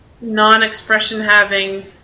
non-expression-having